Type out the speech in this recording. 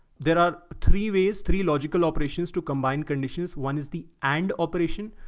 there are three ways, three logical operations to combine conditions. one is the and operation.